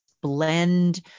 blend